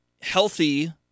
healthy